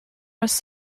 was